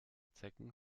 zecken